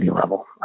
level